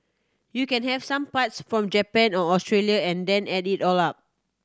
you can have some parts from Japan or Australia and then add it all up